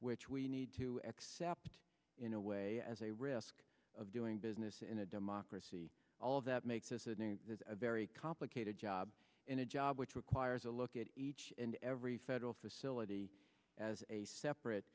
which we need to accept in a way as a risk of doing business in a democracy all of that makes this a new a very complicated job in a job which requires a look at each and every federal facility as a separate